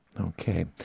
Okay